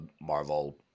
Marvel